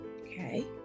Okay